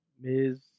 Ms